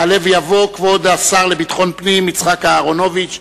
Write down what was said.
יעלה ויבוא כבוד השר לביטחון פנים יצחק אהרונוביץ,